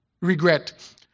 regret